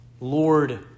Lord